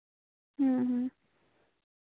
ᱦᱮᱸ ᱦᱮᱸ